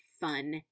fun